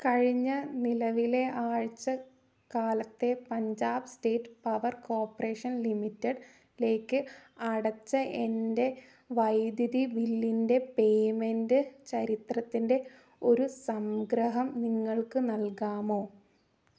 കഴിഞ്ഞ നിലവിലെ ആഴ്ച കാലത്തെ Punjab state power corporation limited ലേക്ക് അടച്ച എൻ്റെ വൈദ്യുതി ബില്ലിൻ്റെ പേയ്മെൻ്റ് ചരിത്രത്തിൻ്റെ ഒരു സംഗ്രഹം നിങ്ങൾക്ക് നൽകാമോ